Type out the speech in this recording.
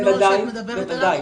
הנוהל שאת מדברת עליו.